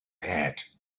hat